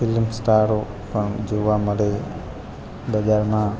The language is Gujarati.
ફિલ્મ સ્ટારો પણ જોવા મળે બજારમાં